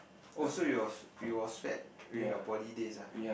oh so you was you was fat during your poly days ah